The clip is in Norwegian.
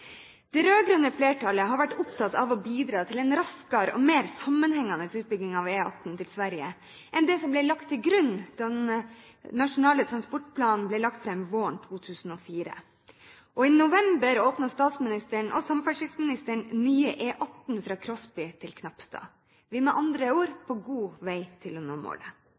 Det rød-grønne flertallet har vært opptatt av å bidra til en raskere og mer sammenhengende utbygging av E18 til Sverige enn det som ble lagt til grunn da Nasjonal transportplan ble lagt fram våren 2004. I november åpnet statsministeren og samferdselsministeren nye E18 fra Krosby til Knapstad. Vi er med andre ord på god vei til å nå målet.